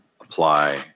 apply